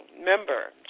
member